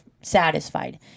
satisfied